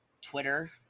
Twitter